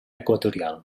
equatorial